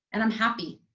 and i'm happy.